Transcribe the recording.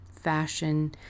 fashion